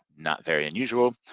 not very unusual,